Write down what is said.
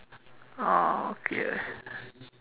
oh okay